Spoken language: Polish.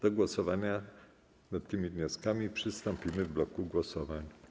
Do głosowania nad tymi wnioskami przystąpimy w bloku głosowań.